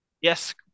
Yes